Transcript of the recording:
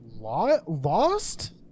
lost